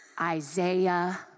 Isaiah